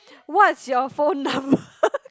what's your phone number